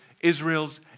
Israel's